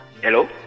Hello